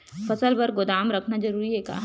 फसल बर गोदाम रखना जरूरी हे का?